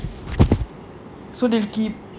so they keep